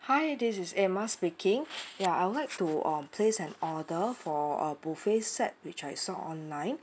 hi this is emma speaking ya I would like to um place an order for a buffet set which I saw online